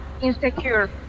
insecure